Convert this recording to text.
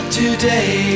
today